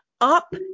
up